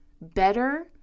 better